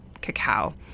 cacao